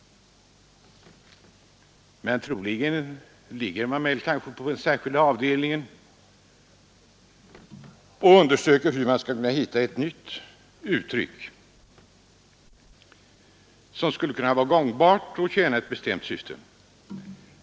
Troligt är dock att man söker hitta ett nytt uttryck som är gångbart och kan tjäna ett bestämt syfte.